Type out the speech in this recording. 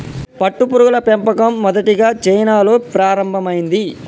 పట్టుపురుగుల పెంపకం మొదటిగా చైనాలో ప్రారంభమైంది